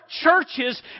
churches